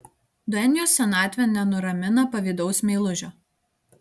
duenjos senatvė nenuramina pavydaus meilužio